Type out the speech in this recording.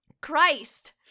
Christ